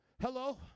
Hello